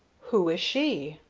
who is she?